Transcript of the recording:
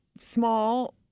small